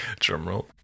Drumroll